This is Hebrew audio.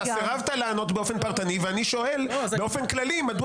אתה סירבת לענות באופן פרטני ואני שואל באופן כללי מדוע